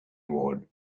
ward